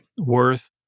Worth